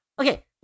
okay